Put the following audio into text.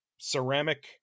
ceramic